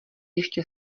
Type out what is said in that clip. ještě